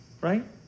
right